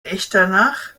echternach